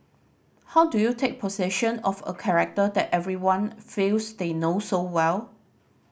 how do you take possession of a character that everyone feels they know so well